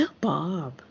Bob